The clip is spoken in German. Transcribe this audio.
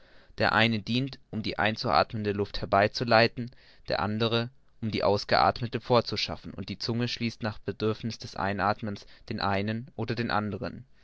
der eine dient um die einzuathmende luft herbeizuleiten der andere um die ausgeathmete fortzuschaffen und die zunge schließt nach bedürfniß des einathmens den einen oder den andern